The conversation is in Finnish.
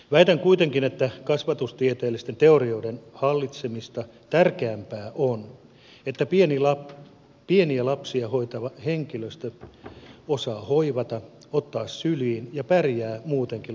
väitän kuitenkin että kasvatustieteellisten teorioiden hallitsemista tärkeämpää on että pieniä lapsia hoitava henkilöstö osaa hoivata ottaa syliin ja pärjää muutenkin lasten kanssa